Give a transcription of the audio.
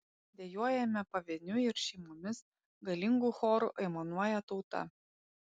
dejuojame pavieniui ir šeimomis galingu choru aimanuoja tauta